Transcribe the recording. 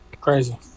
crazy